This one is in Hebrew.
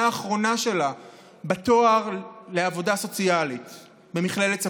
האחרונה שלה בתואר בעבודה סוציאלית במכללת ספיר.